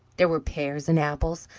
there were pears and apples,